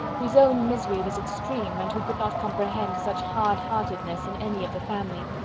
whose own misery was extreme, and who could not comprehend such hard-heartedness in any of the family.